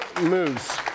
moves